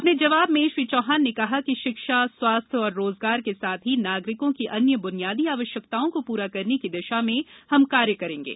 अ ने जवाब में श्री चौहान ने कहा कि शिक्षा स्वास्थ्य और रोजगार के साथ ही नागरिकों की अन्य ब्नियादी आवश्यकताओं को प्रा करने की दिशा में हम कार्य करेंगे